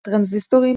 טרנזיסטורים,